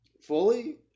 Fully